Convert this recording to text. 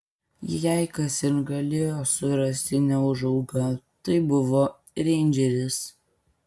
jei kas ir galėjo surasti neūžaugą tai buvo reindžeris